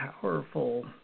powerful